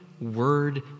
word